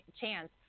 chance